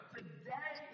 Today